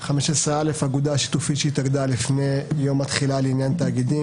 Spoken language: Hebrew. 15.(א) אגודה שיתופית שהתאגדה לפני יום התחילה לעניין תאגידים,